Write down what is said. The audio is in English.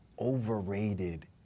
overrated